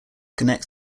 connect